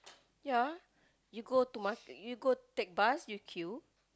yeah you go to must you go take bus you queue